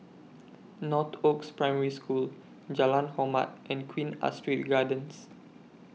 Northoaks Primary School Jalan Hormat and Queen Astrid Gardens